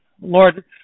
Lord